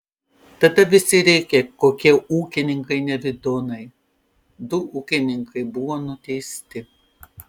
tada visi rėkė kokie ūkininkai nevidonai du ūkininkai buvo nuteisti